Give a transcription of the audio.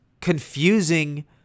confusing